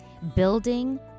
Building